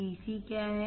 DC क्या है